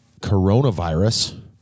coronavirus